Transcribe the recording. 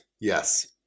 yes